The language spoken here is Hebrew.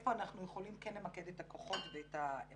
איפה אנחנו יכולים כן למקד את הכוחות ואת האמצעים